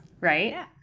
right